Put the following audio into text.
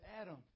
Adam